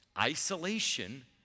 isolation